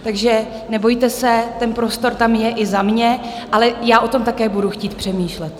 Takže nebojte se, ten prostor tam je i za mě, ale já o tom také budu chtít přemýšlet.